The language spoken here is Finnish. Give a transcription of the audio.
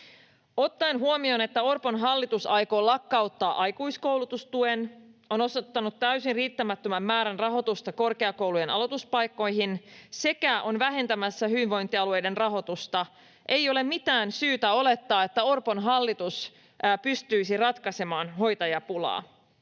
Ottaen huomioon, että Orpon hallitus aikoo lakkauttaa aikuiskoulutustuen, on osoittanut täysin riittämättömän määrän rahoitusta korkeakoulujen aloituspaikkoihin sekä on vähentämässä hyvinvointialueiden rahoitusta, ei ole mitään syytä olettaa, että Orpon hallitus pystyisi ratkaisemaan hoitajapulaa,